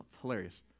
hilarious